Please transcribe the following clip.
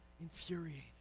infuriated